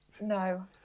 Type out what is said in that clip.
No